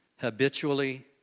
habitually